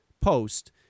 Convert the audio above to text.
post